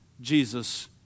Jesus